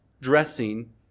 dressing